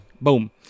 Boom